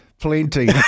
Plenty